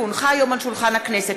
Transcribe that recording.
כי הונחה היום על שולחן הכנסת,